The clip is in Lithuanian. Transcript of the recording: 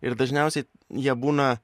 ir dažniausiai jie būna